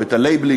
או את ה-libeling,